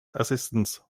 assistance